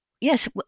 yes